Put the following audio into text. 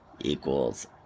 equals